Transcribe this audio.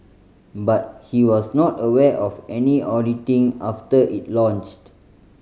but he was not aware of any auditing after it launched